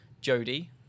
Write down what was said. jody